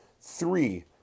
three